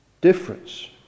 difference